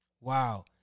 Wow